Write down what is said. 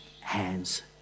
hands